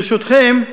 ברשותכם,